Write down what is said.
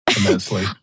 immensely